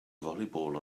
volleyball